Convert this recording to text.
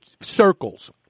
circles